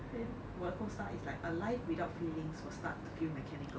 then 我的 costar is like a live without feelings will start to feel mechanical